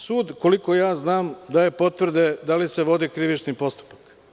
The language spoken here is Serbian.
Sud, koliko ja znam daje potvrde, da li se vodi krivični postupak?